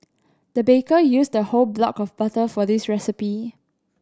the baker used the whole block of butter for this recipe